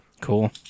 cool